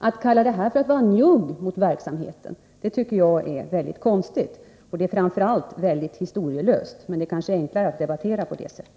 Att kalla detta att vara njugg mot verksamheten tycker jag är mycket konstigt, och det är framför allt mycket historielöst — men det är kanske enklare att debattera på detta sätt.